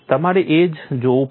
તમારે તેને જ જોવું પડશે